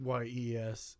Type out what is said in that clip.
yes